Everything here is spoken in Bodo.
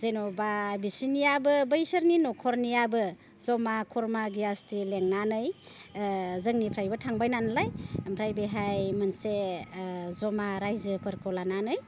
जेनेबा बिसोरनियाबो बैसोरनि न'खरनियाबो जमा खुरमा गियास्टि लेंनानै जोंनिफ्रायबो थांबाय नालाय ओमफ्राय बेहाय मोनसे ज'मा रायजोफोरखौ लानानै